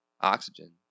oxygen